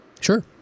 Sure